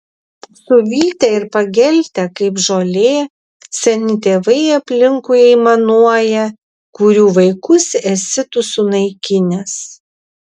suvytę ir pageltę kaip žolė seni tėvai aplinkui aimanuoja kurių vaikus esi tu sunaikinęs